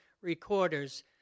recorders